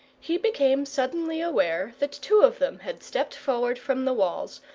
he became suddenly aware that two of them had stepped forward from the walls,